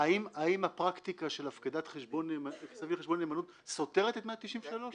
בעיה --- האם הפרקטיקה של חשבון נאמנות סותרת את 193?